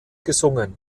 gesungen